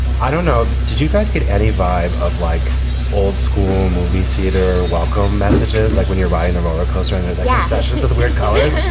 i don't know. did you guys get any vibe of like old school, movie theater, welcome messages like when you're riding the roller coaster in those yeah concessions or the weird colors? yeah